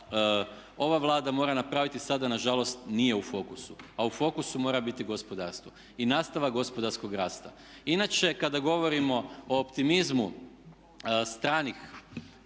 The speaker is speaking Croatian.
ova Vlada mora napraviti sada nažalost nije u fokusu a u fokusu mora biti gospodarstvo i nastavak gospodarskog rasta. Inače kada govorimo o optimizmu stranih